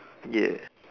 yes